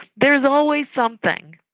there is always something.